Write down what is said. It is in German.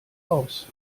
aus